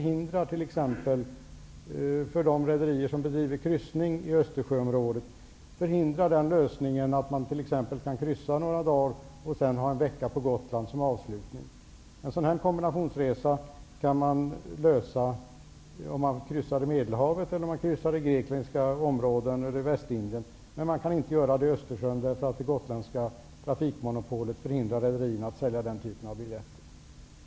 hinder för de rederier som bedriver kryssningar i Östersjöområdet. Det förhindrar den lösningen att man t.ex. skulle kunna kryssa några dagar och sedan stanna en vecka på Gotland som avslutning. En sådan kombinationsresa kan man göra om man kryssar i Medelhavet, i grekiska områden eller i Västindien. Men man kan inte göra det i Östersjön, eftersom det gotländska trafikmonopolet förhindrar rederierna att sälja den typen av biljetter.